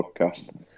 podcast